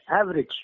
average